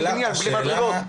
בונים בניין בלי מדרגות,